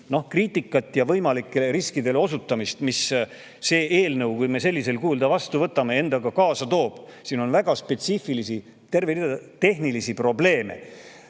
kriitikat ja võimalikele riskidele osutamist, mida see eelnõu, kui me ta sellisel kujul vastu võtame, endaga kaasa toob. Siin on väga spetsiifilisi tehnilisi probleeme.